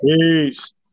Peace